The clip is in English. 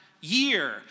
year